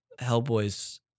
Hellboy's